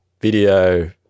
video